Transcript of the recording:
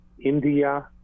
India